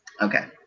Okay